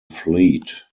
fleet